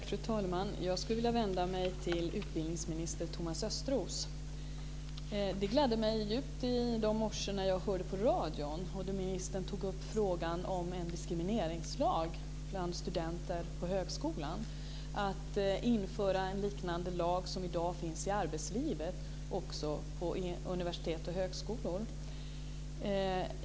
Fru talman! Jag skulle vilja vända mig till utbildningsminister Thomas Östros. Det gladde mig djupt i morse när jag hörde på radion där ministern tog upp frågan om en diskrimineringslag bland studenter på högskolan, att införa en liknande lag som i dag finns i arbetslivet också på universitet och högskolor.